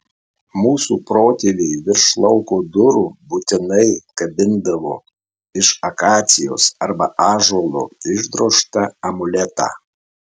mūsų protėviai virš lauko durų būtinai kabindavo iš akacijos arba ąžuolo išdrožtą amuletą